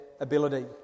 ability